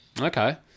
Okay